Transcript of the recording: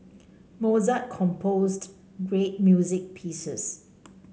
Mozart composed great music pieces